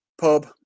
pub